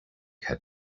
had